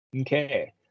Okay